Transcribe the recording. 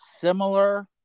similar